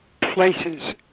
places